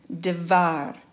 devar